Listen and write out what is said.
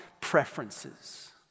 preferences